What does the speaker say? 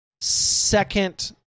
second